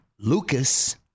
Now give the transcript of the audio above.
Lucas